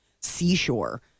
seashore